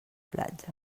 platja